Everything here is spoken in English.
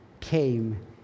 came